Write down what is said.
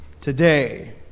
today